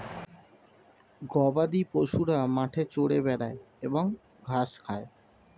গবাদিপশুরা মাঠে চরে বেড়ায় এবং ঘাস খায়